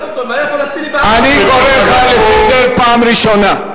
אני קורא אותך לסדר פעם ראשונה.